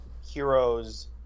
heroes